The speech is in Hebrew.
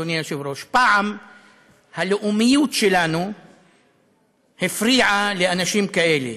אדוני היושב-ראש: פעם הלאומיות שלנו הפריעה לאנשים כאלה,